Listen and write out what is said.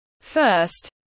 First